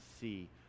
see